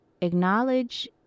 acknowledge